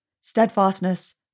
steadfastness